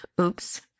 Oops